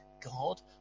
God